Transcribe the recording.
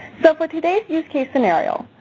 so for today's use case scenario,